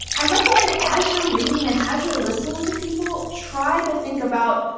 i recommend as you're reading and as you're listening to people, try to think about